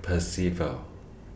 Percival